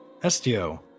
Estio